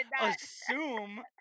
assume